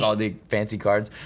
ah the fancy cards.